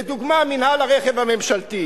לדוגמה, מינהל הרכב הממשלתי.